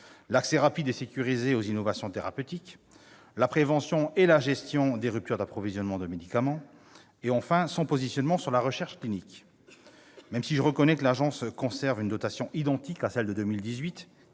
l'accès rapide et sécurisé aux innovations thérapeutiques, la prévention et la gestion des ruptures d'approvisionnement de médicaments, son positionnement sur la recherche clinique. Même si je reconnais que l'agence conserve une dotation identique à celle de 2018,